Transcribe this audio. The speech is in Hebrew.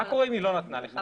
מה קורה אם היא לא נתנה לך?